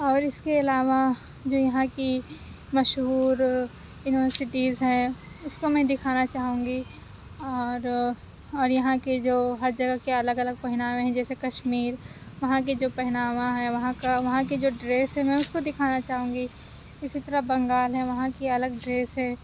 اور اِس کے علاوہ جو یہاں کی مشہور یونیورسٹیز ہیں اُس کو میں دکھانا چاہوں گی اور اور یہاں کے جو ہر جگہ کے الگ الگ پہناوے ہیں جیسے کشمیر وہاں کے جو پہناوا ہے وہاں کا وہاں کے جو ڈریس ہے میں اُس کو دکھانا چاہوں گی اِسی طرح بنگال ہے وہاں کی الگ ڈریس ہے